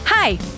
Hi